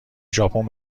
ژاپن